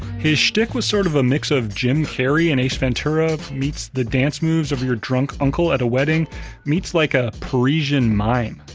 his shtick was sort of a mix of jim carrey in ace ventura meets the dance moves of your drunk uncle at a wedding meets like, a parisian mime.